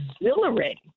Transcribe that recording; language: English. exhilarating